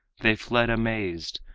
they fled amazed,